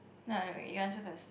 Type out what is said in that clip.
you answer first